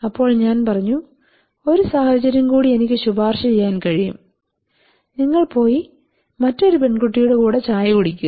അപ്പോൾ ഞാൻ പറഞ്ഞു ഒരു സാഹചര്യം കൂടി എനിക്ക് ശുപാർശ ചെയ്യാൻ കഴിയും നിങ്ങൾ പോയി മറ്റൊരു പെൺകുട്ടിയുടെ കൂടി ചായ കുടിക്കുക